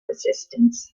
resistance